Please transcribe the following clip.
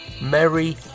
Merry